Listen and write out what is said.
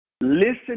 Listen